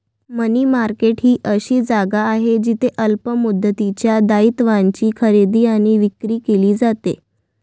मनी market ही अशी जागा आहे जिथे अल्प मुदतीच्या दायित्वांची खरेदी आणि विक्री केली जाते